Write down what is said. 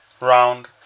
round